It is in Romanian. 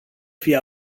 fie